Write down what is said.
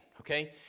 Okay